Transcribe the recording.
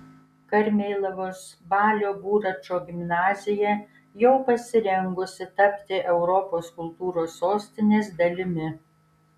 karmėlavos balio buračo gimnazija jau pasirengusi tapti europos kultūros sostinės dalimi